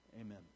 amen